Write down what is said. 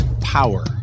power